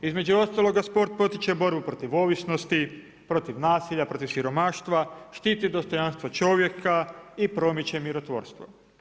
Između ostaloga sport potiče borbu protiv ovisnosti, protiv nasilja, protiv siromaštva, štiti dostojanstvo čovjeka i promiče mirotvorstvo.